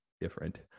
different